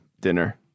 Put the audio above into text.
dinner